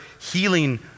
healing